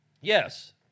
Yes